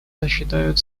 ожидают